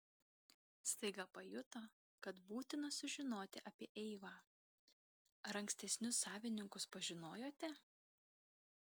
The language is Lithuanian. staiga pajuto kad būtina sužinoti apie eivą ar ankstesnius savininkus pažinojote